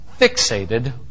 fixated